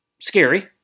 scary